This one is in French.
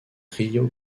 rio